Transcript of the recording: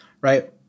right